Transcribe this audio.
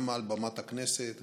גם מעל במת הכנסת,